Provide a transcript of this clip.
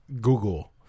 Google